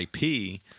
IP –